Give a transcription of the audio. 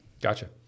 Gotcha